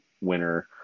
winner